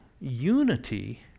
unity